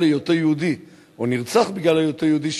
היותו יהודי או נרצח בגלל היותו יהודי,